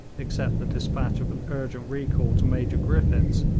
except the despatch of an urgent recall to major griffiths,